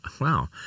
wow